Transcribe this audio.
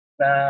na